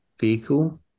vehicle